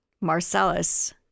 Marcellus